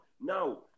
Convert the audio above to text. now